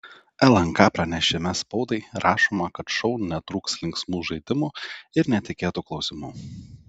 lnk pranešime spaudai rašoma kad šou netrūks linksmų žaidimų ir netikėtų klausimų